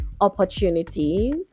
opportunity